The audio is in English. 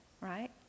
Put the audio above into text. right